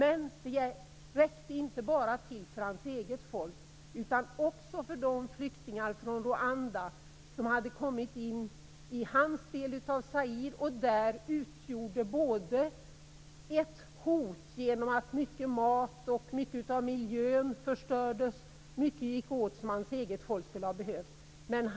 Det räckte till inte bara för hans eget folk utan också för de flyktingar från Rwanda som hade kommit in i hans del av Zaire och där utgjorde ett hot, genom att mycket mat och mycket av miljön förstördes och genom att mycket gick åt som hans eget folk skulle ha behövt.